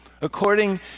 according